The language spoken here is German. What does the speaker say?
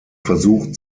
versucht